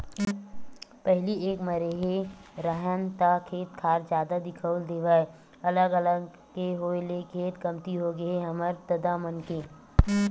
पहिली एक म रेहे राहन ता खेत खार जादा दिखउल देवय अलग अलग के होय ले खेत कमती होगे हे हमर ददा मन के